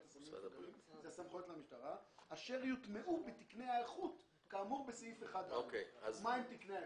הסמים אשר יוטמעו בתקני האיכות כאמור בסעיף 1". מה הם תקני האיכות?